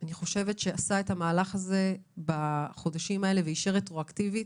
אני חושבת שעשה את המהלך הזה בחודשים האלה ואישר רטרואקטיבית.